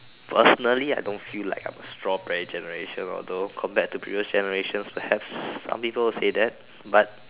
personally I don't feel like I'm a strawberry generation although compared to previous generations perhaps some people will say that but